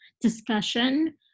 discussion